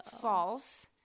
false